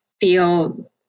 feel